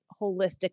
holistic